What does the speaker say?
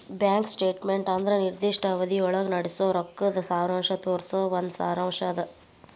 bank statement ಅಂದ್ರ ನಿರ್ದಿಷ್ಟ ಅವಧಿಯೊಳಗ ನಡಸೋ ರೊಕ್ಕದ್ ಸಾರಾಂಶ ತೋರಿಸೊ ಒಂದ್ ಸಾರಾಂಶ್ ಅದ